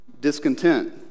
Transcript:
discontent